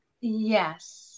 Yes